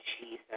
Jesus